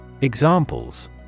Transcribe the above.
Examples